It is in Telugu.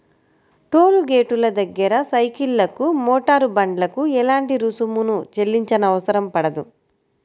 టోలు గేటుల దగ్గర సైకిళ్లకు, మోటారు బండ్లకు ఎలాంటి రుసుమును చెల్లించనవసరం పడదు